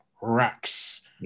racks